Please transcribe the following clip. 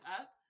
up